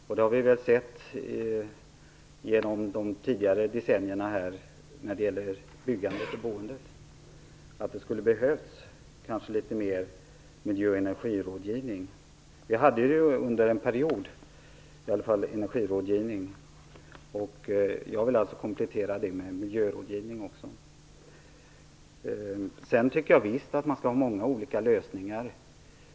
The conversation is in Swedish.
Vi har väl sett genom byggandet och boendet under de tidigare decennierna att det kanske skulle behövts litet mer miljö och energirådgivning. Vi hade i alla fall energirådgivning under en period. Jag vill alltså komplettera den med miljörådgivning. Jag tycker visst att man skall ha många olika lösningar.